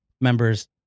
members